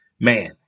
man